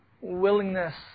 Willingness